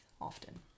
often